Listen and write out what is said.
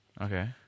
Okay